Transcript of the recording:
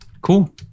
Cool